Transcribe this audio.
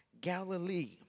Galilee